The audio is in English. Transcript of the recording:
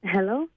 Hello